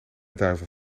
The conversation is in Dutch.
duivel